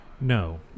no